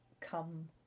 come